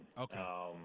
okay